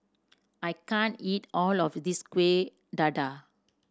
I can't eat all of this Kueh Dadar